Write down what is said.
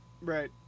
Right